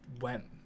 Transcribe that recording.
went